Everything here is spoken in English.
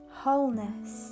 wholeness